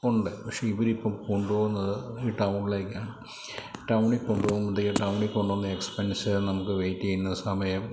ഉണ്ട് പക്ഷേ ഇവർ ഇപ്പം കൊണ്ട് പോകുന്നത് ഈ ടൗണിലേക്കാണ് ടൗണിൽ കൊണ്ട് പോകുമ്പോഴത്തേക്കും ടൗണിൽ കൊണ്ടു പോകുന്ന എക്സ്പെൻസ് നമുക്ക് വെയിറ്റ് ചെയ്യുന്ന സമയം